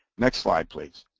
next slide, please.